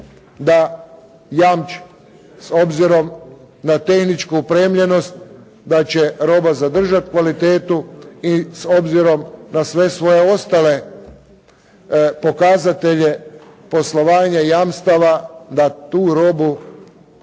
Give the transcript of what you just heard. da jamči s obzirom na tehničku opremljenost da će roba zadržat kvalitetu i s obzirom na sve svoje ostale pokazatelje poslovanja i jamstava da tu robu neće